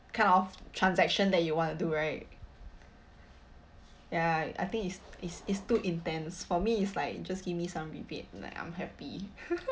kind of transaction that you want to do right ya I think is is is too intense for me is like just give me some rebate like I'm happy